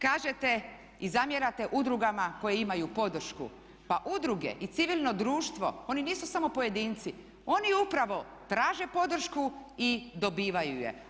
Kažete i zamjerate udrugama koje imaju podršku, pa udruge i civilno društvo oni nisu samo pojedinci, oni upravo traže podršku i dobivaju je.